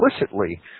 explicitly